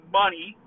money